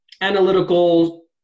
analytical